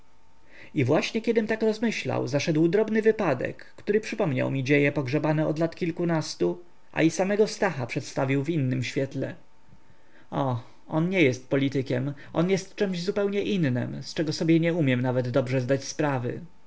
i właśnie kiedym tak rozmyślał zaszedł drobny wypadek który przypomniał mi dzieje pogrzebane od lat kilkunastu a i samego stacha przedstawił w innem świetle och on nie jest politykiem on jest czemś zupełnie innem z czego sobie nie umiem nawet dobrze zdać sprawy